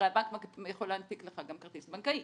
הרי הבנק יכול להנפיק לך גם כרטיס בנקאי,